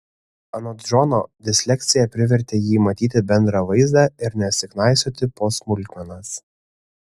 anot džono disleksija privertė jį matyti bendrą vaizdą ir nesiknaisioti po smulkmenas